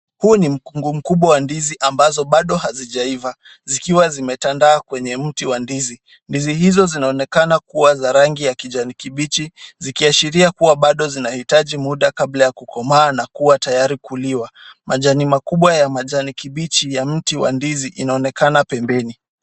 Huu ni mkungu mkubwa wa ndizi ambazo bado hazijaiva zikiwa zimetandaa kwenye mti wa ndizi. Ndizi hizo zinaonekana kuwa za rangi ya kijani kibichi, zikiashiria kuwa bado zinahitaji muda kabla ya kukomaa na kuwa tayari kuliwa. Majani makubwa ya majani kibichi ya mti wa ndizi inaonekana pembeni.